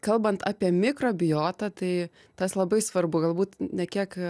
kalbant apie mikrobiotą tai tas labai svarbu galbūt ne kiek